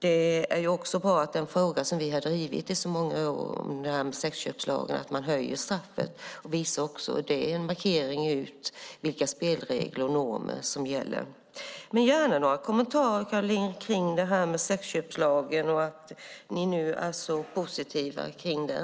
Detta är en fråga som vi har drivit i många år, det här med sexköpslagen och att man ska höja straffet. Det är också en markering om vilka spelregler och normer som gäller. Jag vill gärna ha några kommentarer, Caroline, kring sexköpslagen och att ni nu är så positiva till den.